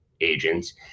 agents